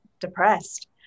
depressed